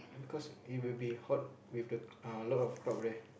because it will be hot with the uh a lot of crowd there